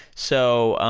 so,